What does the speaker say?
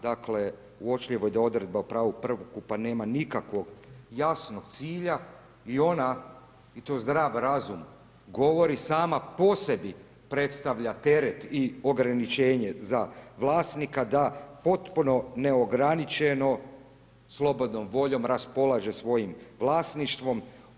Dakle, uočljivo je da odredba o pravu prvokupa nema nikakvog jasnog cilja i ona i to zdrav razum govori sama po sebi, predstavlja teret i ograničenje za vlasnika da potpuno neograničeno slobodnom voljom raspolaže svojim vlasništvom.